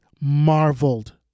marveled